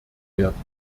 werden